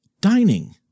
dining